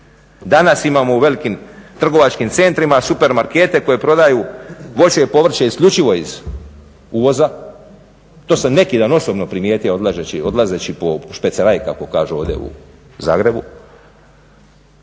Danas imamo u velikim trgovačkim centrima supermarkete koji prodaju voće i povrće isključivo iz uvoza. To sam neki dan osobno primijetio odlazeći po špeceraj kako kažu ovdje u Zagrebu.